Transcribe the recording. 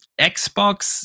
Xbox